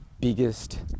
biggest